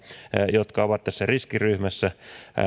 jotka ovat riskiryhmässä